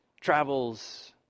travels